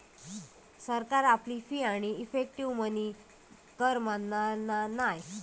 सरकार आपली फी आणि इफेक्टीव मनी कर मानना नाय